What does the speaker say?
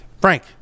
Frank